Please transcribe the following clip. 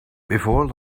before